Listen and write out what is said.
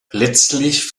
letztlich